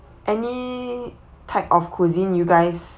any type of cuisine you guys